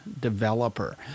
developer